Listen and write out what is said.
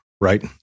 right